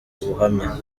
ubuhamya